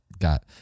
got